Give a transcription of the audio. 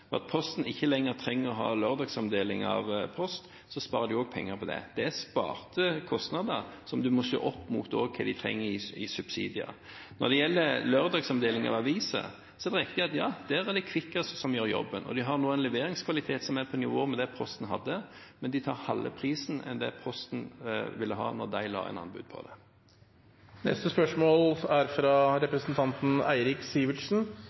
Posten ikke lenger trenger å ha lørdagsomdeling av post, sparer en også penger. Det er sparte kostnader, som en må se opp mot hva de trenger i subsidier. Når det gjelder lørdagsomdeling av aviser, er det riktig at ja, der er det Kvikkas som gjør jobben. De har nå en leveringskvalitet som er på nivå med det Posten hadde, men de tar halve prisen av det Posten ville ha da de la inn anbud på det. «I skriftlig spørsmål